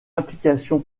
implication